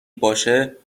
باشه